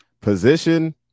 position